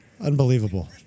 Unbelievable